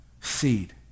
Seed